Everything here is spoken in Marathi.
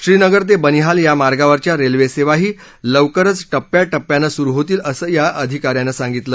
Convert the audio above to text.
श्रीनगर ते बनिहाल या मार्गावरच्या रेल्वे सेवाही लवकरच टप्प्याटप्प्यानं सुरु होतील असं या अधिकाऱ्यांनी सांगितलं